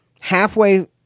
halfway